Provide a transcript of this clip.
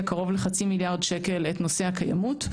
קרוב לחצי מיליארד שקל את נושא הקיימות.